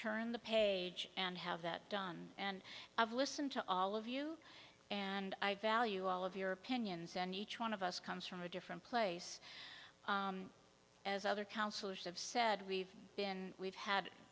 turn the page and have that done and i've listened to all of you and i value all of your opinions and each one of us comes from a different place as other counselors have said we've been we've had